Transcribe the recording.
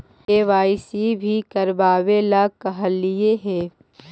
KYC भी करवावेला कहलिये हे?